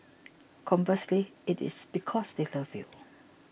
conversely it is because they love you